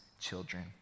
children